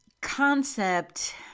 concept